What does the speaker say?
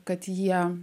kad jie